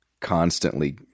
constantly